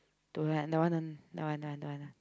don't have don't want don't want don't want don't want ah